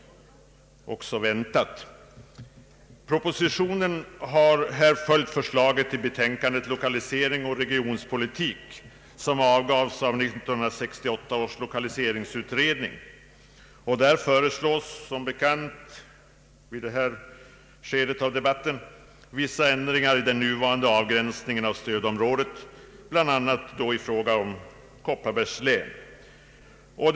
Propositionen har här följt förslaget i betänkandet ”Lokaliseringsoch regionalpolitik”, avgivet av 1968 års lokaliseringsutredning. Där föreslås som bekant vissa ändringar i den nuvarande avgränsningen av stödområdet, bl.a. i fråga om Kopparbergs län.